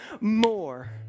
more